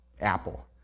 Apple